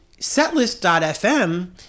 setlist.fm